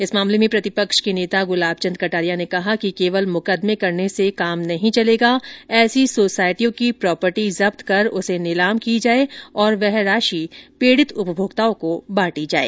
इस मामले में प्रतिपक्ष के नेता गुलाब चंद कटारिया ने कहा कि केवल मुकदमे करने से काम नहीं चलेगा ऐसी सोसाइटीयों की प्रोपर्टी जब्त कर उसे निलाम की जाये और वह राशि पीड़ित उपभोक्तओं को बांटी जाये